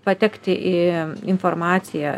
patekti į informaciją